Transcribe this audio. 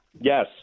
Yes